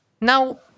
Now